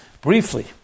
Briefly